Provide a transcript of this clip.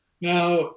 now